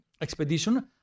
expedition